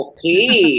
Okay